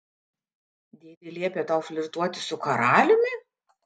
dėdė liepė tau flirtuoti su karaliumi